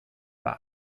bei